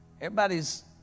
Everybody's